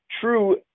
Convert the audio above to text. true